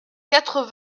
quatre